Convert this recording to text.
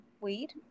weed